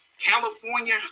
California